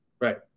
Right